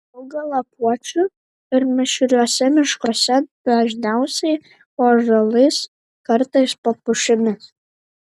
auga lapuočių ir mišriuose miškuose dažniausiai po ąžuolais kartais po pušimis